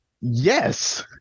yes